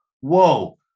whoa